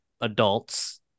adults